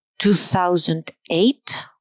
2008